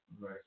Right